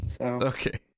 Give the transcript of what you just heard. Okay